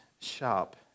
sharp